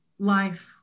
Life